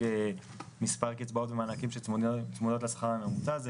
מספר קצבאות ומענקים שצמודים לשכר הממוצע.